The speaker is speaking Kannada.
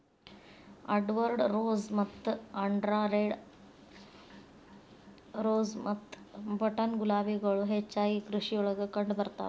ಎಡ್ವರ್ಡ್ ರೋಸ್ ಮತ್ತ ಆಂಡ್ರಾ ರೆಡ್ ರೋಸ್ ಮತ್ತ ಬಟನ್ ಗುಲಾಬಿಗಳು ಹೆಚ್ಚಾಗಿ ಕೃಷಿಯೊಳಗ ಕಂಡಬರ್ತಾವ